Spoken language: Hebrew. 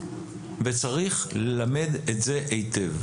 וצריך ללמד את זה היטב.